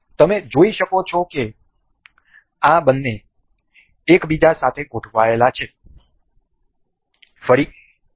તમે જોઈ શકો છો કે આ બંને એક બીજા સાથે ગોઠવાયેલા છે